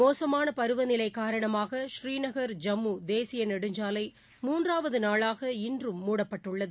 மோசமான பருவநிலை காரணமாக ஸ்ரீநகர் ஜம்மு தேசிய நெடுஞ்சாலை மூன்றாவது நாளாக இன்றும் மூடப்பட்டுள்ளது